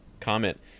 comment